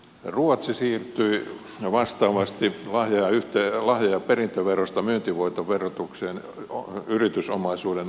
ruotsi siirtyi vastaavasti lahja ja perintöverosta myyntivoiton verotukseen yritysomaisuuden osalta